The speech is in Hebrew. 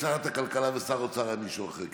שרת הכלכלה ושר האוצר היה מישהו אחר,